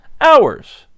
Hours